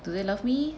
do they love me